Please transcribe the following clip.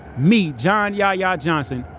me john yahya johnson,